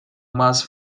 más